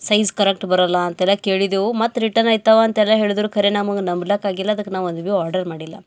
size correct ಬರೊಲ್ಲ ಅಂತೆಲ್ಲ ಕೇಳಿದೆವು ಮತ್ತು ರಿಟನ್ ಐತಾವ ಅಂತೆಲ್ಲ ಹೇಳಿದ್ರು ಖರೆ ನಮಗೆ ನಂಬಲಿಕ್ಕಾಗ್ಲಿಲ್ಲ ಅದಕ್ಕೆ ನಾವು ಅಂದು ಬಿ ಆರ್ಡರ್ ಮಾಡಿಲ್ಲ